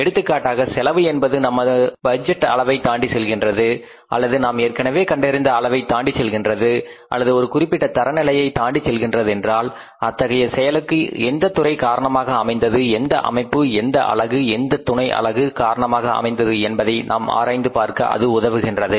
எடுத்துக்காட்டாக செலவு என்பது நம்முடைய பட்ஜெட் அளவைத் தாண்டி செல்கின்றது அல்லது நாம் ஏற்கனவே கண்டறிந்த அளவை தாண்டி செல்கின்றது அல்லது ஒரு குறிப்பிட்ட தரநிலையை தாண்டிச் செல்கின்றதென்றால் அத்தகைய செயலுக்கு எந்த துறை காரணமாக அமைந்தது எந்த அமைப்பு எந்த அலகு எந்த துணை அலகு காரணமாக அமைந்தது என்பதை நாம் ஆராய்ந்து பார்க்க அது உதவுகின்றது